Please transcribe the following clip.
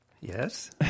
Yes